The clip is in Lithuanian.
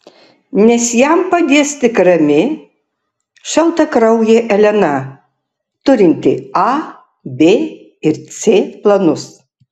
nes jam padės tik rami šaltakraujė elena turinti a b ir c planus